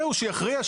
אז זהו, שיכריע.